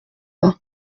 pas